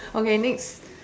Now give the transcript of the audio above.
okay next